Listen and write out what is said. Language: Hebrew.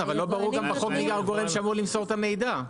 אבל לא ברור גם בחוק מי הוא הגורם שאמור למסור את המידע.